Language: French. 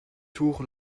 tours